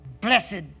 Blessed